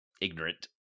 ignorant